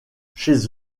chez